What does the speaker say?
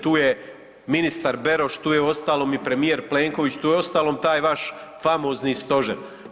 Tu je ministar Beroš, tu je uostalom i premijer Plenković, tu je uostalom taj vaš famozni Stožer.